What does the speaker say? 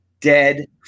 dead